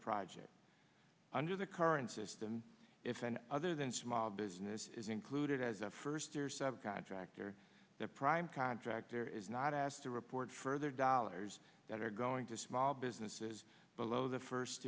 project under the current system if an other than small business is included as a first or sub contractor the prime contractor is not asked to report further dollars that are going to small businesses below the first